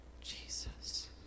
Jesus